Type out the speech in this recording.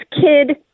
kid